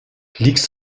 liegst